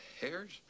hairs